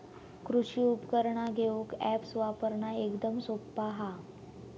कृषि उपकरणा घेऊक अॅप्स वापरना एकदम सोप्पा हा